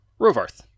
Rovarth